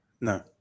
No